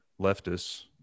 leftists